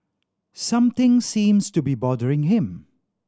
something seems to be bothering him